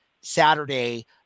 Saturday